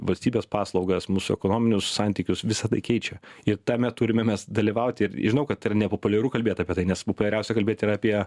valstybės paslaugas mūsų ekonominius santykius visa tai keičia ir tame turime mes dalyvauti ir ir žinau kad tai yra nepopuliaru kalbėt apie tai nes populiariausia kalbėti yra apie